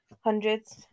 hundreds